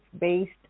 based